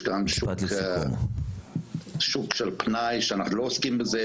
יש גם שוק של פנאי שאנחנו לא עוסקים בזה,